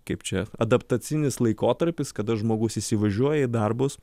kaip čia adaptacinis laikotarpis kada žmogus įsivažiuoja į darbus